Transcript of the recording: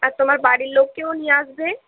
আর তোমার বাড়ির লোককেও নিয়ে আসবে